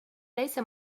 ليس